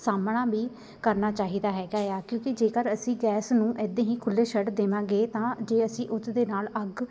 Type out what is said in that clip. ਸਾਹਮਣਾ ਵੀ ਕਰਨਾ ਚਾਹੀਦਾ ਹੈਗਾ ਆ ਕਿਉਂਕਿ ਜੇਕਰ ਅਸੀਂ ਗੈਸ ਨੂੰ ਇੱਦਾਂ ਹੀ ਖੁੱਲ੍ਹੇ ਛੱਡ ਦੇਵਾਂਗੇ ਤਾਂ ਜੇ ਅਸੀਂ ਉਚ ਦੇ ਨਾਲ ਅੱਗ